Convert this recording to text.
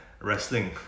wrestling